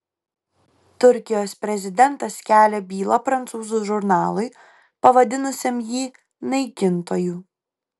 turkijos prezidentas kelia bylą prancūzų žurnalui pavadinusiam jį naikintoju